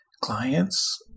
clients